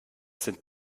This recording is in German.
sind